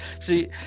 see